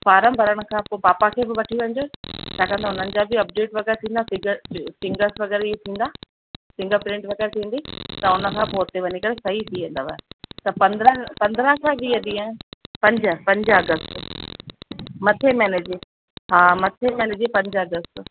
form भरण खां पोइ पापा खे बि वठी वञिजो छाकाणि त उन्हनि जा बि अपडेट वग़ैरह थींदा फिगर फिंगर्स वग़ैरह इहे थींदा फिंगर प्रिंट वग़ैरह थींदी त उन खां पोइ उते वञी करे सही थी वेंदव त पंद्रहं पंद्रहंनि खां वीह ॾींहं पंज पंज अगस्त मथे महिने जी हा मथे महिने जी पंज अगस्त